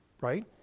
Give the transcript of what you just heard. right